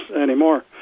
anymore